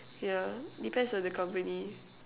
yeah depends on the company